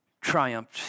triumphed